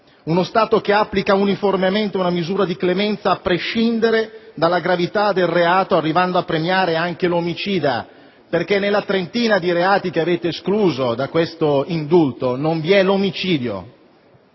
uno Stato che applica uniformemente una misura di clemenza a prescindere dalla gravità del reato, arrivando a premiare anche l'omicida, perché nella trentina dei reati che avete escluso da questo indulto non vi è l'omicidio.